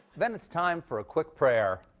then it's time for a quick prayer.